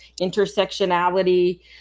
intersectionality